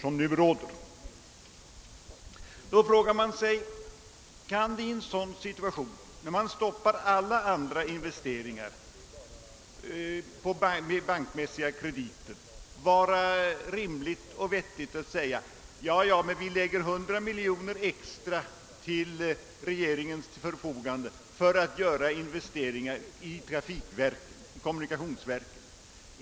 Man frågar sig, om det i ett sådant läge, då alla andra investeringar stoppas genom indragande av bankkrediterna, kan anses rimligt att ställa 100 miljoner kronor extra till regeringens förfogande för investeringar i kommunikationsverken.